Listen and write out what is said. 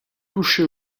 touché